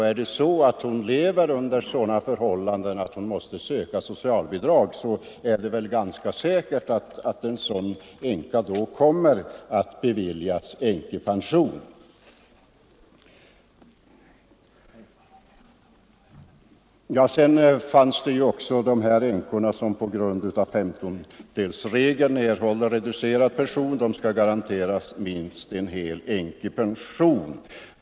Är det så att hon lever under sådana förhållanden att hon måste söka socialbidrag är det ganska säkert att hon beviljas änkepension. Det har också föreslagits att de änkor som på grund av femtondelsregeln erhåller reducerad pension skall garanteras minst en hel änkepension.